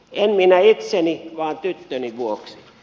en minä itseni vaan tyttöni vuoksi